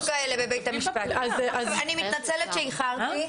אני מתנצלת על שאיחרתי.